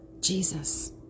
Jesus